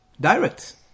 Direct